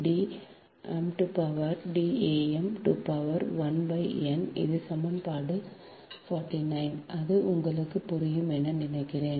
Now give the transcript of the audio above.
D am to power 1 n இது சமன்பாடு 49 அது உங்களுக்கு புரியும் என நினைக்கிறேன்